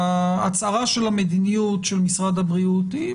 ההצהרה של המדיניות של משרד הבריאות היא,